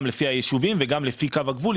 גם לפי היישובים וגם לפי קו הגבול.